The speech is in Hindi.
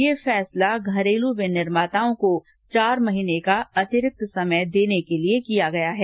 यह फैसला घरेलू विनिर्माताओं को चार महीने का अतिरिक्त समय देने के लिए किया गया है